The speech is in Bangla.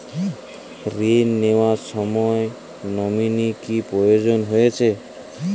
ঋণ নেওয়ার সময় নমিনি কি প্রয়োজন রয়েছে?